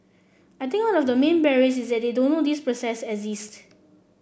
I think one of the main barriers is that they don't know these processes